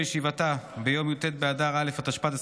בישיבתה ביום י"ט באדר א' התשפ"ד,